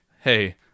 hey